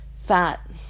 fat